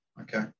okay